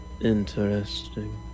Interesting